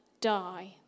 die